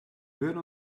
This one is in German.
würden